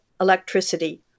electricity